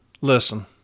listen